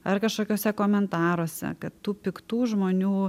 ar kažkokiuose komentaruose kad tų piktų žmonių